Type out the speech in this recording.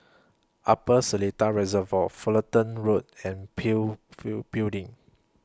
Upper Seletar Reservoir Fulton Road and PIL few Building